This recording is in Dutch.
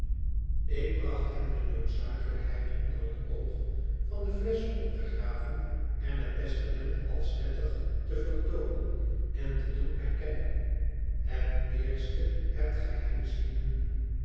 ik bracht hem de noodzakelijkheid onder het oog van de flesch op te graven en het testament als wettig te vertoonen en te doen erkennen het eerste hebt gij hem zien doen